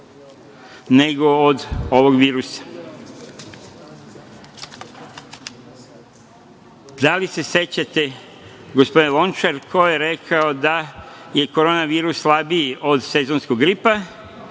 nego od ovog virusa? Da li se sećate, gospodine Lončar, ko je rekao da je Koronavirus slabiji od sezonskog gripa